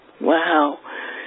Wow